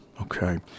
Okay